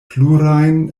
plurajn